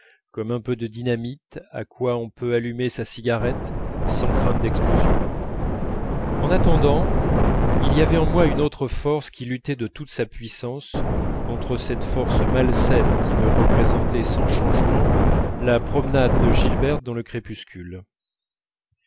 comme un peu de dynamite à quoi on peut allumer sa cigarette sans crainte d'explosion en attendant il y avait en moi une autre force qui luttait de toute sa puissance contre cette force malsaine qui me représentait sans changement la promenade de gilberte dans le crépuscule